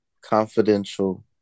confidential